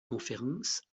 conférences